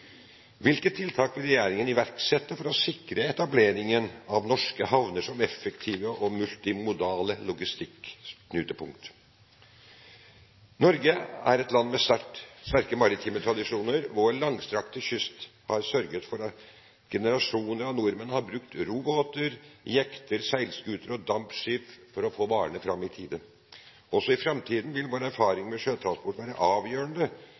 Hvilke tiltak vil regjeringen iverksette for å sikre etableringen av norske havner som effektive og multimodale logistikknutepunkt? Norge er et land med sterke maritime tradisjoner. Vår langstrakte kyst har sørget for at generasjoner av nordmenn har brukt robåter, jekter, seilskuter og dampskip for å få varene fram i tide. Også i framtiden vil vår erfaring med sjøtransport være avgjørende